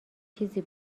چیزی